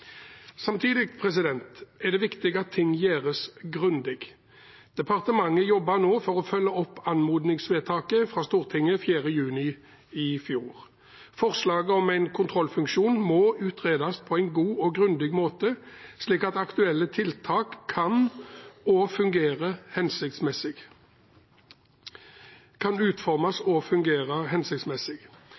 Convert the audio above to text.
Samtidig er det viktig at ting gjøres grundig. Departementet jobber nå for å følge opp anmodningsvedtaket fra Stortinget den 4. juni i fjor. Forslaget om en kontrollfunksjon må utredes på en god og grundig måte, slik at aktuelle tiltak kan utformes og fungere hensiktsmessig.